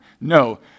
No